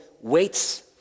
waits